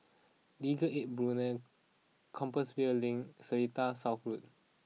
Legal Aid Bureau Compassvale Link Seletar South Road